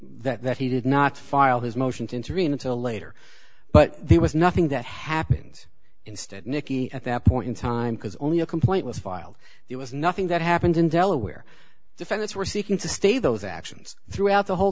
they that he did not file his motion to intervene until later but there was nothing that happens instead nikki at that point in time because only a complaint was filed there was nothing that happened in delaware defendants were seeking to stay those actions throughout the whole